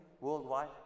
worldwide